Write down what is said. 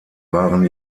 waren